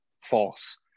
false